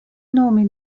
nomi